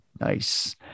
Nice